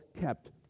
kept